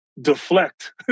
deflect